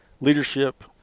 leadership